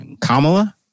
Kamala